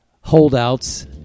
holdouts